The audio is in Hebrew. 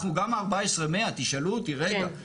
אנחנו גם 14,100 תשאלו אותי רגע,